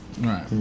Right